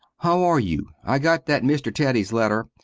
how are you? i got that mister teddy's letter,